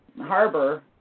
harbor